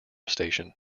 station